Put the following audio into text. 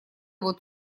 вот